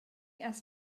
has